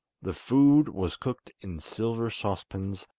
the food was cooked in silver saucepans,